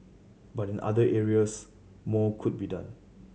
but in other areas more could be done